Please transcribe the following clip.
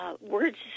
Words